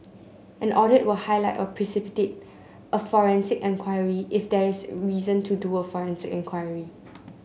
an audit will highlight or precipitate a forensic enquiry if there is reason to do a forensic enquiry